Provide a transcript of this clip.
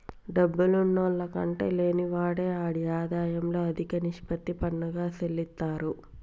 డబ్బున్నాల్ల కంటే లేనివాడే ఆడి ఆదాయంలో అదిక నిష్పత్తి పన్నుగా సెల్లిత్తారు